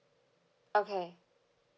okay